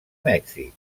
mèxic